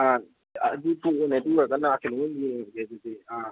ꯑꯥ ꯑꯗꯨ ꯇꯣꯛꯑꯣꯅꯦ ꯑꯗꯨ ꯑꯣꯏꯔꯒꯅ ꯀꯩꯅꯣ ꯑꯣꯏꯅ ꯌꯦꯡꯉꯒꯦ ꯑꯗꯨꯗꯤ ꯑꯥ